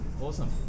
Awesome